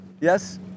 yes